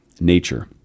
nature